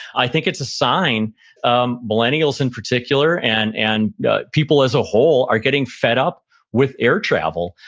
i think it's a sign um millennials in particular, and and people as a whole, are getting fed up with air travel.